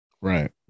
right